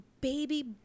baby